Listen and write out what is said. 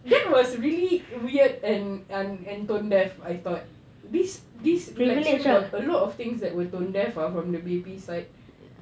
that was really weird and and tone deaf I thought this this election got a lot of things that were tone deaf ah from the P_A_P side